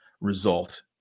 result